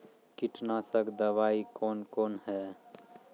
कीटनासक दवाई कौन कौन हैं?